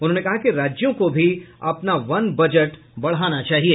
उन्होंने कहा कि राज्यों को भी अपना वन बजट बढ़ाना चाहिए